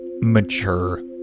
mature